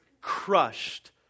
crushed